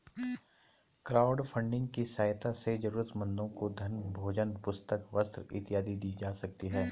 crowdfunding की सहायता से जरूरतमंदों को धन भोजन पुस्तक वस्त्र इत्यादि दी जा सकती है